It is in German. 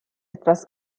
etwas